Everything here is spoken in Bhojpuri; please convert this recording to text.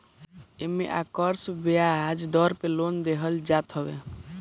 एमे आकर्षक बियाज दर पे लोन देहल जात हवे